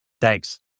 Thanks